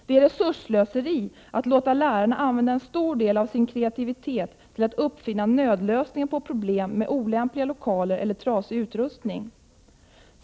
Det är resursslöseri att låta lärarna använda en stor del av sin kreativitet till att uppfinna nödlösningar på problem med olämpliga lokaler eller trasig utrustning.